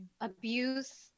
abuse